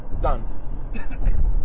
done